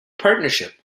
partnership